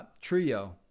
trio